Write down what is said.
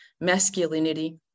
masculinity